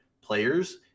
players